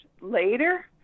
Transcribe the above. later